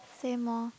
same orh